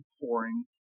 pouring